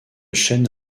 chain